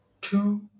two